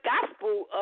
gospel